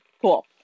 cool